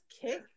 kick